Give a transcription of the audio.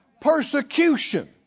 persecution